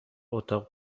اتاق